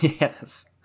Yes